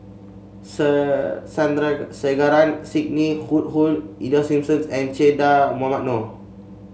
Sandrasegaran Sidney Woodhull Ida Simmons and Che Dah Mohamed Noor